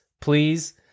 please